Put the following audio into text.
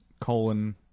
Colon